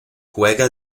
juega